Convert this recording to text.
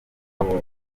babonye